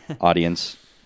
audience